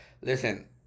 Listen